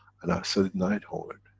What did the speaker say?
and i said it in eindhoven,